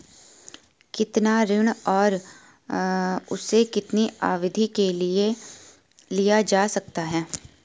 कितना ऋण और उसे कितनी अवधि के लिए लिया जा सकता है?